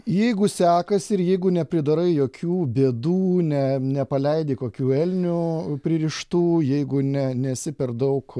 jeigu sekasi ir jeigu nepridarai jokių bėdų ne nepaleidi kokių elnių pririštų jeigu ne nesi per daug